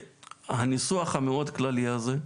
שהניסוח המאוד כללי הזה,